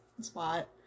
spot